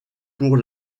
pour